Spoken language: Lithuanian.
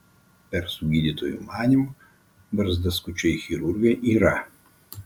persų gydytojų manymu barzdaskučiai chirurgai yra